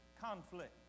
conflict